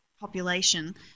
population